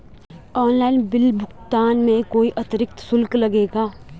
Online bill भुगतान में कोई अतिरिक्त शुल्क लगेगा?